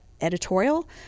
editorial